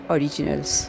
Originals